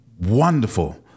wonderful